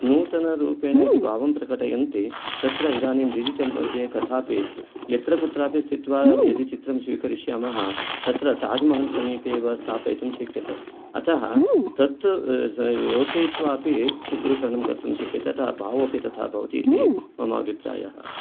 नूतनरूपेण यदि भावं प्रकटयन्ति तत्र इदानीं डिजिटल् मध्ये कथापि यत्र कुत्रापि स्थित्वा यदि चित्रं स्वीकरिष्यामः तत्र ताज्महल् समीपे वा स्थापयितुं शक्यते अतः तत्त योचयित्वा अपि चित्रीकरणङ्कर्तुं शक्यते तथा भावः अपि तथा भवति इति मम अभिप्रायः